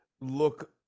look